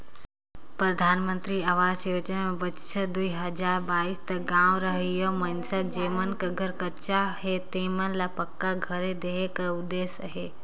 परधानमंतरी अवास योजना में बछर दुई हजार बाइस तक गाँव रहोइया मइनसे जेमन कर घर कच्चा हे तेमन ल पक्का घर देहे कर उदेस अहे